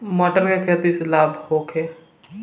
मटर के खेती से लाभ होखे?